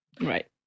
Right